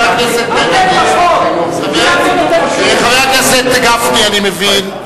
הרבה פחות, חבר הכנסת גפני, אני מבין.